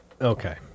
Okay